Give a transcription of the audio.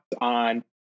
on